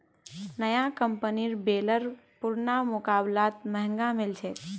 नया कंपनीर बेलर पुरना मुकाबलात महंगा मिल छेक